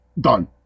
done